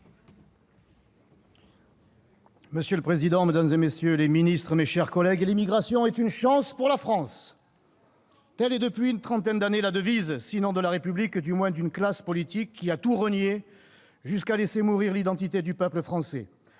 monsieur le ministre, mesdames les secrétaires d'État, mes chers collègues, « l'immigration est une chance pour la France !» Telle est depuis une trentaine d'années la devise, sinon de la République, du moins d'une classe politique qui a tout renié, jusqu'à laisser mourir l'identité du peuple français.